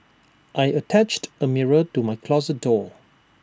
I attached A mirror to my closet door